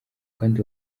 kandi